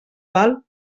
val